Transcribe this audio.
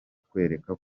kukwereka